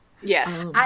yes